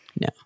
No